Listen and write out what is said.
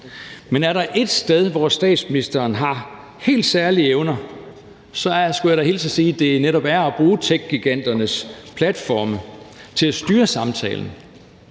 Men er der et sted, hvor statsministeren har helt særlige evner, så skulle jeg da hilse og sige, at det netop er at bruge techgiganternes platforme til at styre samtalen